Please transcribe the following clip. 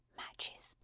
matches